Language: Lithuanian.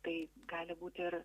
tai gali būti ir